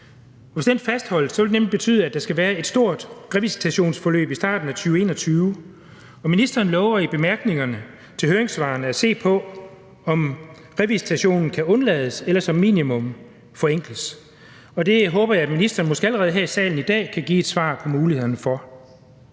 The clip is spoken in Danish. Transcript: Hvis den fastholdes, vil det nemlig betyde, at der skal være et stort revisitationsforløb i starten af 2021, og ministeren lover i bemærkningerne til høringssvarene at se på, om revisitationen kan undlades eller som minimum forenkles. Det håber jeg at ministeren måske allerede her i salen i dag kan give et svar på mulighederne for.